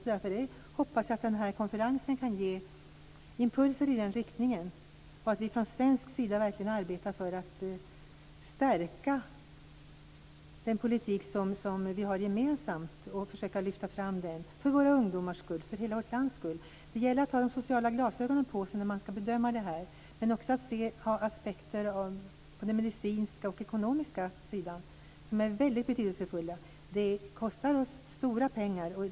Jag hoppas att den här konferensen kan ge impulser i den riktningen och att vi från svensk sida verkligen arbetar för att stärka den politik som vi har gemensamt, försöka lyfta fram den, för våra ungdomars skull, för hela vårt lands skull. Det gäller att ha sociala glasögon på sig när man skall bedöma detta och också ha med aspekter på den medicinska och ekonomiska sidan, som är väldigt betydelsefulla. Detta kostar oss stora pengar.